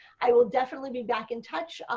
i will definitely be back in touch,